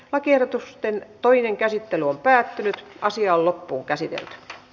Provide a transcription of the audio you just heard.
lakiehdotusten toinen käsittely on päättynyt asian loppuunkäsiten